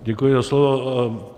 Děkuji za slovo.